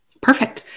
Perfect